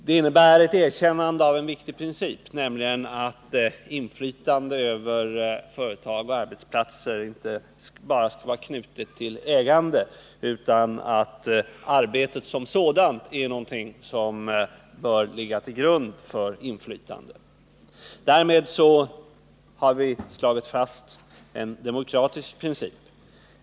Det innebär ett erkännande av en viktig princip, nämligen den att inflytande över företag och arbetsplatser inte bara skall vara knutet till ägande, utan att arbetet som sådant är någonting som bör ligga till grund för inflytande. Därmed har vi slagit fast en demokratisk princip.